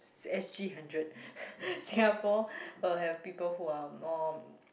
s~ S_G-hundred Singapore will have people who are more